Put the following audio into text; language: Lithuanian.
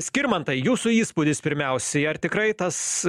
skirmantai jūsų įspūdis pirmiausiai ar tikrai tas